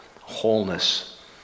wholeness